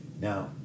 Now